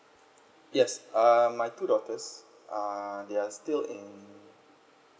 yes uh my two daughters uh they're still in